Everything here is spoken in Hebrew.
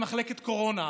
למחלקת קורונה.